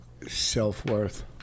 self-worth